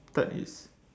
third is